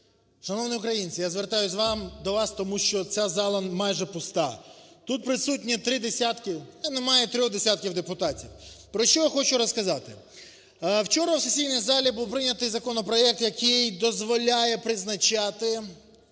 Шановні українці, я звертаюсь до вас, тому що ця зала майже пуста. Тут присутні три десятки… Та й немає трьох десятків депутатів. Про що я хочу розказати? Вчора у сесійній залі був прийнятий законопроект, який дозволяє призначати